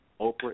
Oprah